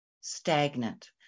stagnant